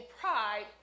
pride